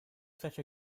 such